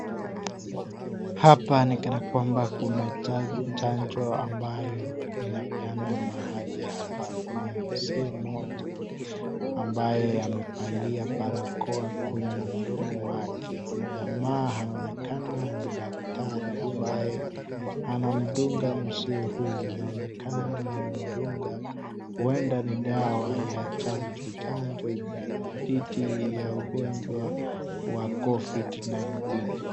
Hapa ni kana kwamba kuna chanjo ambayo inapeanwa mahali hapa. Kuna mzee mmoja ambaye amevalia barakoa kwenye mdomo wake. Kuna jamaa anaonekana ni daktari ambaye anamdunga mzee huyu. Anaonekana anamdunga huenda ni dawa ya chanjo. Chanjo dhidi ya ugonjwa wa COVID-19.